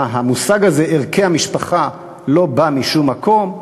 מה, המושג הזה, ערכי המשפחה, בא משום מקום?